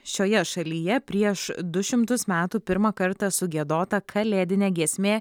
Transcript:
šioje šalyje prieš du šimtus metų pirmą kartą sugiedota kalėdinė giesmė